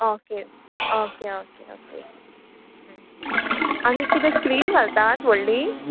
okay okay okay okay आनी किदें screen घालतात व्हडली